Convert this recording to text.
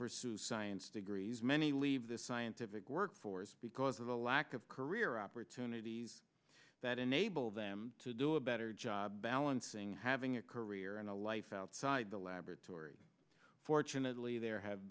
pursue science degrees many we leave this scientific workforce because of a lack of career opportunities that enable them to do a better job balancing having a career and a life outside the laboratory fortunately there have